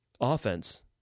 Offense